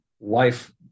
life